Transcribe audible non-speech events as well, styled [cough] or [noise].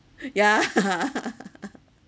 yeah [laughs]